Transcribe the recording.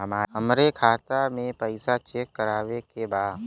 हमरे खाता मे पैसा चेक करवावे के बा?